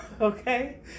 Okay